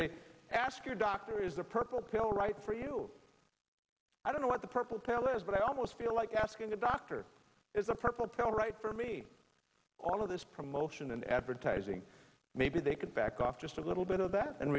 say ask your doctor is the purple pill right for you i don't know what the purple pill is but i almost feel like asking a doctor is a purple pill right for me all of this promotion and advertising maybe they could back off just a little bit of that and